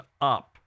up